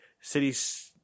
Cities